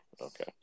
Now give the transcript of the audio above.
Okay